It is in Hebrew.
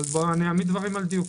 אעמיד דברים על דיוקם.